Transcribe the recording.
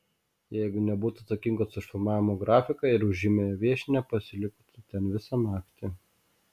jeigu nebūtų atsakingas už filmavimo grafiką ir už žymiąją viešnią pasiliktų ten visą naktį